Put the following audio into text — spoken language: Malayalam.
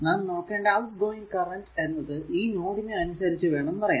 നാം നോക്കേണ്ട ഔട്ട്ഗോയിംഗ് കറന്റ് എന്നത് ഈ നോഡിനെ അനുസരിച്ചു വേണം പറയാൻ